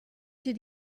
did